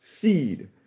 seed